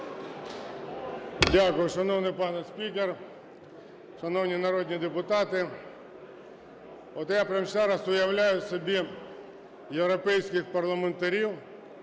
Дякую. Шановний пане спікер, шановні народні депутати! От я прямо зараз уявляю собі європейських парламентарів,